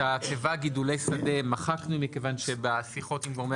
את התיבה "גידולי שדה" מחקנו מכיוון שבשיחות עם גורמי